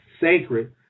sacred